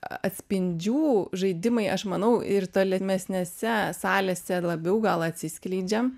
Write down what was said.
atspindžių žaidimai aš manau ir tolimesnėse salėse labiau gal atsiskleidžia